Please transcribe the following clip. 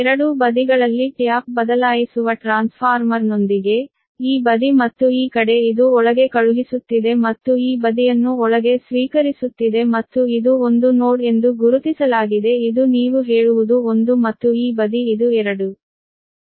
ಎರಡೂ ಬದಿಗಳಲ್ಲಿ ಟ್ಯಾಪ್ ಬದಲಾಯಿಸುವ ಟ್ರಾನ್ಸ್ಫಾರ್ಮರ್ನೊಂದಿಗೆ ಈ ಬದಿ ಮತ್ತು ಈ ಕಡೆ ಇದು ಒಳಗೆ ಕಳುಹಿಸುತ್ತಿದೆ ಮತ್ತು ಈ ಬದಿಯನ್ನು ಒಳಗೆ ಸ್ವೀಕರಿಸುತ್ತಿದೆ ಮತ್ತು ಇದು ಒಂದು ನೋಡ್ ಎಂದು ಗುರುತಿಸಲಾಗಿದೆ ಇದು ನೀವು ಹೇಳುವುದು 1 ಮತ್ತು ಈ ಬದಿ ಇದು 2